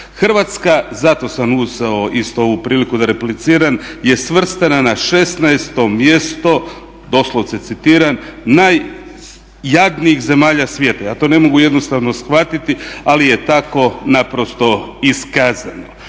Hrvatska, zato sam ustao i iskoristio priliku da repliciram, je svrstana na 16. mjesto, doslovce citiram "najjadnijih zemalja svijeta". Ja to ne mogu jednostavno shvatiti ali je tako naprosto iskazano.